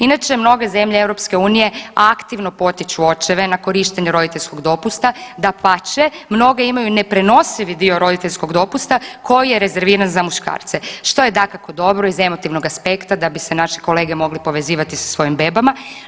Inače mnoge zemlje EU aktivno potiču očeve na korištenje roditeljskog dopusta, dapače, mnoge imaju neprenosivi dio roditeljskog dopusta koji je rezerviran za muškarce, što je dakako dobro iz emotivnog aspekta da bi se naši kolege mogli povezivati sa svojim bebama.